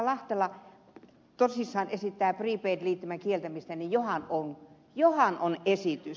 lahtela tosissaan esittää prepaid liittymän kieltämistä niin johan on esitys